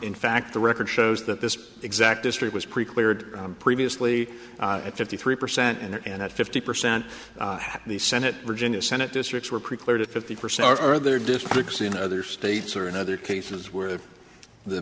in fact the record shows that this exact history was pre cleared previously at fifty three percent and that fifty percent of the senate virginia senate districts were precluded fifty percent over their districts in other states or in other cases where the